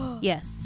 Yes